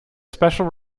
special